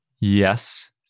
Yes